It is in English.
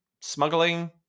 smuggling